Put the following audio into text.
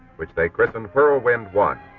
which they christened whirlwind one.